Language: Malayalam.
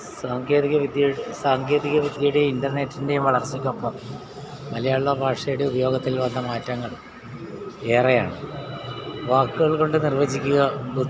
സാങ്കേതിക വിദ്യ സാങ്കേതിക വിദ്യയുടെയും ഇൻറർനെറ്റിൻ്റെയും വളർച്ചയ്ക്കൊപ്പം മലയാള ഭാഷയുടെ ഉപയോഗത്തിൽ വന്ന മാറ്റങ്ങൾ ഏറെയാണ് വാക്കുകൾ കൊണ്ട് നിർവചിക്കുക